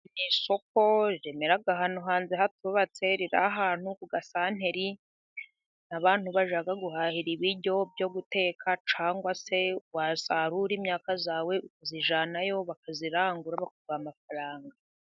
Ni isoko rimera ahantu hanze ahantu hatubatse. Riri ahantu ku ga santere. Abantu bajya guhahira ibiryo byo guteka cyangwa se wasarura imyaka yawe ,ukayijyanayo bakayirangura ,bakaguha amafaranga.